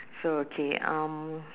so okay um